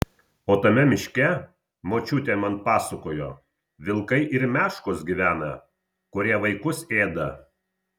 o tame miške močiutė man pasakojo vilkai ir meškos gyvena kurie vaikus ėda